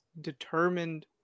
determined